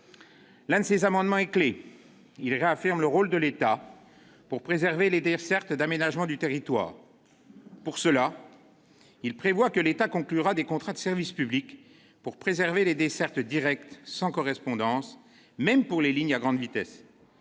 L'un de ces amendements est clef. Son adoption permet de réaffirmer le rôle de l'État pour préserver les dessertes d'aménagement du territoire : en vertu de ces dispositions, l'État conclura des contrats de service public pour préserver les dessertes directes, sans correspondance, même pour les lignes à grande vitesse.